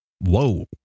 Whoa